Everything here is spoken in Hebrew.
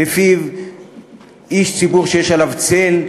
שלפיהן איש ציבור שיש עליו צל,